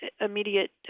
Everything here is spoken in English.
immediate